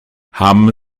haben